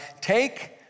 take